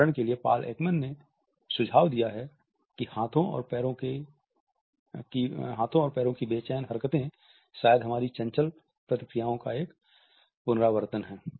उदाहरण के लिए पॉल एकमैन ने सुझाव दिया है कि हाथों और पैरों की बेचैन हरकतें शायद हमारी चंचल प्रतिक्रियाओं का एक पुनरावर्तन है